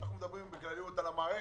אנחנו מדברים בכלליות על המערכת,